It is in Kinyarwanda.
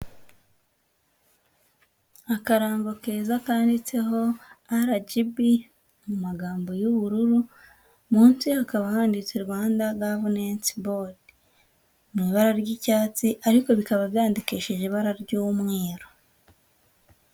Akarango keza kandiditseho Aragibi mu mu magambo y'ubururu, munsi hakaba handitse Rwanda gavunensi bodi mu ibara ry'icyatsi ariko bikaba byandikishije ibara ry'umweru.